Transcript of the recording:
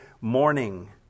morning